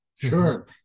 Sure